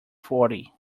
fourty